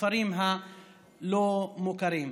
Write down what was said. הכפרים הלא-מוכרים.